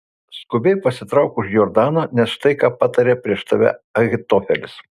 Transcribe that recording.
skubiai pasitrauk už jordano nes štai ką patarė prieš tave ahitofelis